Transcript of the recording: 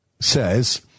Says